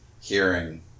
hearing